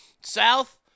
south